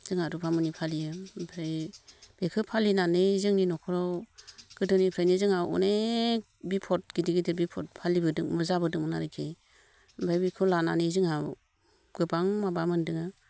जोंहा रुफामनि फालियो ओमफ्राय बेखौ फालिनानै जोंनि न'खराव गोदोनिफ्रायनो जोंहा अनेक बिफद गिदिर गिदिर बिफद जाबोदोंमोन आरोखि ओमफ्राय बेखौ लानानै जोंहा गोबां माबा मोन्दों